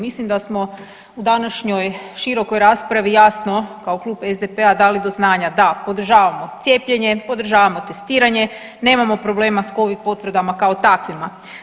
Mislim da smo u današnjoj širokoj raspravi jasno kao Klub SDP-a dali do znanja da podržavamo cijepljenje, podržavamo testiranje, nemamo problema sa Covid potvrdama kao takvima.